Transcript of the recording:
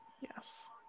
Yes